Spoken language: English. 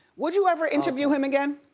would you ever interview him again?